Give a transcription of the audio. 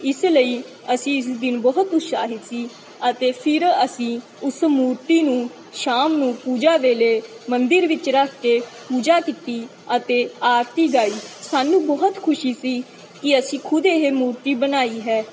ਇਸ ਲਈ ਅਸੀਂ ਇਸ ਦਿਨ ਬਹੁਤ ਉਤਸ਼ਾਹਿਤ ਸੀ ਅਤੇ ਫਿਰ ਅਸੀਂ ਉਸ ਮੂਰਤੀ ਨੂੰ ਸ਼ਾਮ ਨੂੰ ਪੂਜਾ ਵੇਲੇ ਮੰਦਰ ਵਿੱਚ ਰੱਖ ਕੇ ਪੂਜਾ ਕੀਤੀ ਅਤੇ ਆਰਤੀ ਗਾਈ ਸਾਨੂੰ ਬਹੁਤ ਖੁਸ਼ੀ ਸੀ ਕਿ ਅਸੀਂ ਖੁਦ ਇਹ ਮੂਰਤੀ ਬਣਾਈ ਹੈ